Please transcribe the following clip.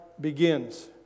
begins